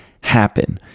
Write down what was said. happen